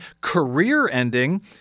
career-ending